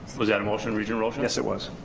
was that a motion regent rosha? yes it was.